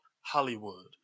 Hollywood